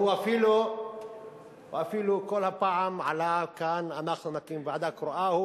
הוא אפילו כל פעם עלה כאן: אנחנו נקים ועדה קרואה.